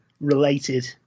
related